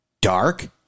dark